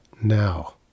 now